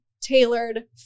tailored